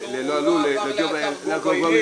נכון, הוא לא עבר לאתר gov.il.